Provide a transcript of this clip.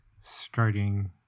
starting